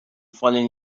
fallen